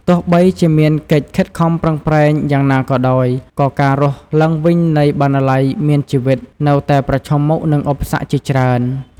ទោះបីជាមានកិច្ចខិតខំប្រឹងប្រែងយ៉ាងណាក៏ដោយ ក៏ការរស់ឡើងវិញនៃ "បណ្ណាល័យមានជីវិត" នៅតែប្រឈមមុខនឹងឧបសគ្គជាច្រើន។